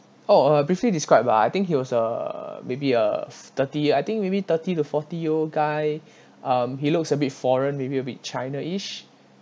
oh uh briefly describe ah I think he was uh maybe a thirty I think maybe thirty to forty year old guy um he looks a bit foreign maybe a bit china ish